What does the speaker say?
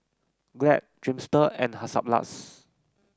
Glad Dreamster and Hansaplast